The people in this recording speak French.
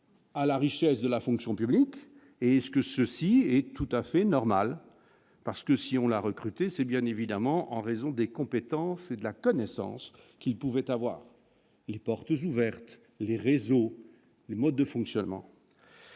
à la richesse de la fonction publique, est ce que ceci est tout à fait normal parce que si on l'a recruté, c'est bien évidemment en raison des compétences et de la connaissance qu'ils pouvaient avoir les portes ouvertes, les réseaux du mode de fonctionnement.